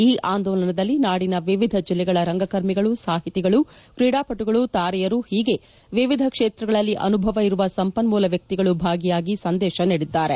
ಈ ಆಂದೋಲನದಲ್ಲಿ ಕರ್ನಾಟಕದ ವಿವಿಧ ಜಿಲ್ಲೆಗಳ ರಂಗಕರ್ಮಿಗಳು ಸಾಹಿತಿಗಳು ಕ್ರೀಡಾಪಟುಗಳು ತಾರೆಯರು ಹೀಗರ ವಿವಿಧ ಕ್ಷೇತ್ರಗಳಲ್ಲಿ ಅನುಭವ ಇರುವ ಸಂಪನ್ನೂಲ ವ್ಯಕ್ತಿಗಳು ಭಾಗಿಯಾಗಿ ಸಂದೇಶ ನೀಡಿದ್ದಾರೆ